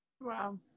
Wow